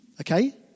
okay